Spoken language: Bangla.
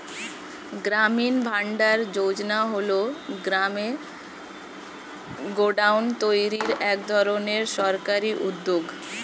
গ্রামীণ ভান্ডার যোজনা হল গ্রামে গোডাউন তৈরির এক ধরনের সরকারি উদ্যোগ